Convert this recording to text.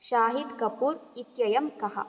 शाहिद् कपूर् इत्ययं कः